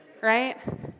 right